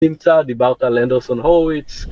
נמצא, דיברת על אנדרסון הורוביץ